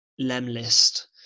Lemlist